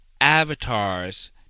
avatars